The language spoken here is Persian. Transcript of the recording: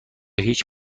هیچ